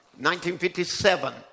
1957